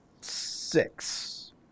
Six